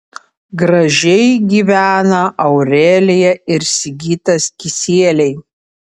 gražiai gyvena aurelija ir sigitas kisieliai